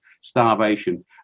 starvation